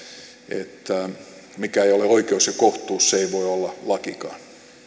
että mikä ei ole oikeus ja kohtuus se ei voi olla lakikaan